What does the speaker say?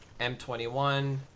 M21